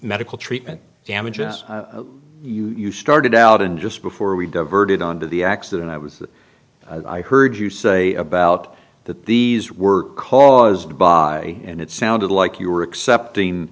medical treatment damages you started out and just before we diverted on to the accident i was i heard you say about that these were caused by and it sounded like you were accepting